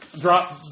drop